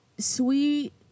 sweet